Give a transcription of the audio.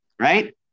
Right